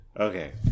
Okay